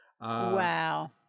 Wow